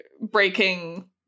breaking